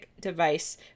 device